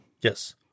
yes